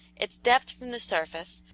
its depth from the surface,